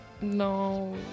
No